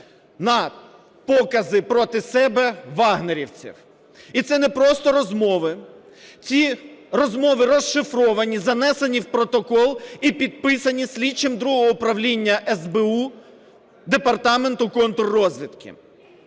на покази проти себе "вагнерівців". І це не просто розмови. Ці розмови розшифровані, занесені в протокол і підписані слідчим другого управління СБУ департаменту контррозвідки.